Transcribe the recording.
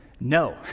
No